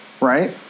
right